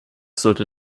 sollte